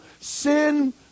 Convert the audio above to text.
sin